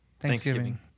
Thanksgiving